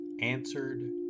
answered